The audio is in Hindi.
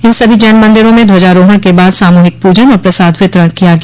इन सभी जैन मन्दिरों में ध्वजारोहण के बाद सामूहिक पूजन और प्रसाद वितरण किया गया